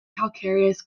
calcareous